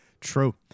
True